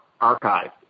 archived